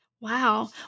Wow